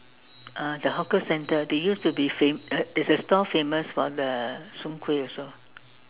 uh the hawker centre they used to be fam~ uh it's the stall famous for the Soon-Kueh also